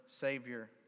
Savior